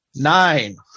Nine